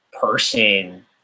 person